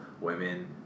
women